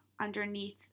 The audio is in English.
underneath